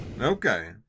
Okay